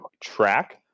track